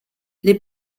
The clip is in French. les